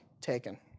taken